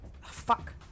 Fuck